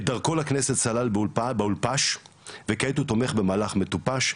את דרכו לכנסת סלל באולפש וכעת הוא תומך במהלך מטופש.